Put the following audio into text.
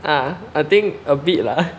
um I think a bit lah